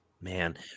man